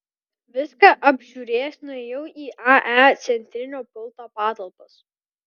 viską apžiūrėjęs nuėjau į ae centrinio pulto patalpas